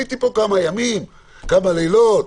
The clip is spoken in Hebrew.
ביליתי כאן כמה ימים, כמה לילות,